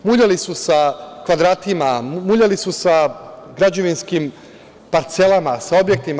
Muljali su sa kvadratima, muljali su sa građevinskim parcelama, sa objektima.